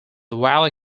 wally